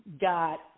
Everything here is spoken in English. got